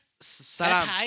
Salam